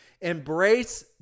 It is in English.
Embrace